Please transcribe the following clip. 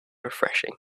refreshing